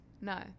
No